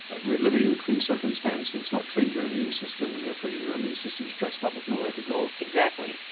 that we're living in a clean circumstance and it's not changed your immune system and therefore your immune system is dressed up with nowhere to go. exactly.